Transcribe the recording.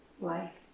life